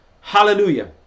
Hallelujah